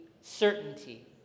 certainty